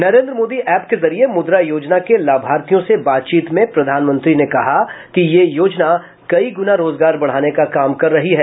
Narendra Modi app के जरिये मुद्रा योजना के लाभार्थियों से बातचीत में प्रधानमंत्री ने कहा कि ये योजना कई गुना रोजगार बढ़ाने का काम कर रही है